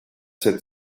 sept